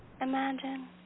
imagine